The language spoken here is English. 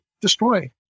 destroy